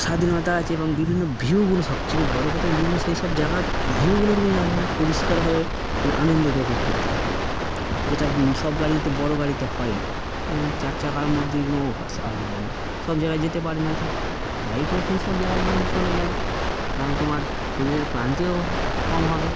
স্বাধীনতা আছে এবং বিভিন্ন ভিউগুলো সবচেকেয়ে বড়ো কথা বিভিন্ন সেই সব জায়গার ভিউগুলো তুমি পরিষ্কারভাবে মানে আনন্দ উপভোগ করতে পারবে যেটা সব গাড়িতে বড়ো গাড়িতে হয় না এবং চার চা কারার মধ্যেইগুলো আসা হয় না সব জায়গায় যেতে পারে না আ চা বাইক হলো সেই সব জায়গাগুলো চলে গেলো এবং তোমার শরীরের ক্লান্তিও কম হবে